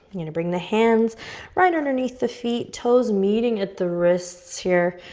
gonna bring the hands right underneath the feet, toes meeting at the wrists here.